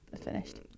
finished